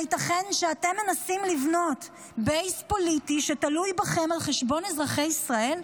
הייתכן שאתם מנסים לבנות בייס פוליטי שתלוי בכם על חשבון אזרחי ישראל?